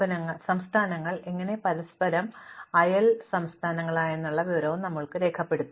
ഇപ്പോൾ സംസ്ഥാനങ്ങൾ എങ്ങനെ പരസ്പരം അയൽവാസികളാണെന്നതിനെക്കുറിച്ചുള്ള വിവരങ്ങൾ ഞങ്ങൾ രേഖപ്പെടുത്തണം